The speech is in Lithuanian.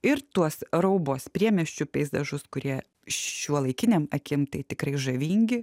ir tuos raubos priemiesčių peizažus kurie šiuolaikinėm akim tai tikrai žavingi